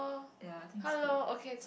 ya I think that's